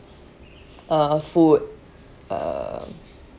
uh food uh